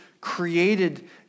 created